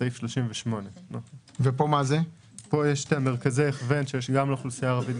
בסעיף 38. פה יש מרכזי הכוון שיש גם לאוכלוסייה הערבית,